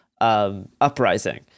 uprising